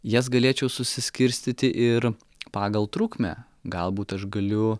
jas galėčiau susiskirstyti ir pagal trukmę galbūt aš galiu